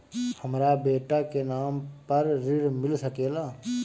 हमरा बेटा के नाम पर ऋण मिल सकेला?